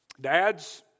Dads